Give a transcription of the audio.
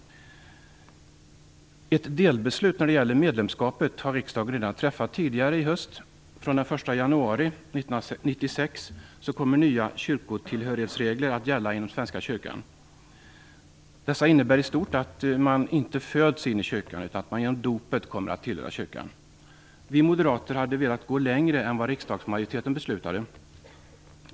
Ett delbeslut när det gäller medlemskapet har riksdagen fattat redan tidigare i höst. Från den 1 januari 1996 kommer nya kyrkotillhörighetsregler att gälla inom Svenska kyrkan. Dessa innebär i stort att man inte föds in i kyrkan utan att man genom dopet kommer att tillhöra kyrkan. Vi moderater hade velat gå längre än vad riksdagsmajoriteten beslutade.